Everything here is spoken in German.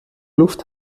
luft